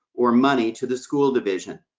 or money to the school division.